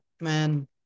man